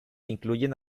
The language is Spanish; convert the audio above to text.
incluyen